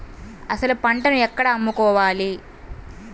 అసలు పంటను ఎక్కడ అమ్ముకోవాలి?